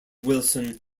wilson